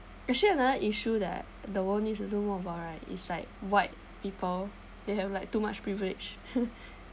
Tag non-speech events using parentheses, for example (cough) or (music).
actually another issue that the world needs to do more about right is like white people they have like too much privilege (laughs)